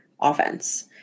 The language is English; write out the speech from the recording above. offense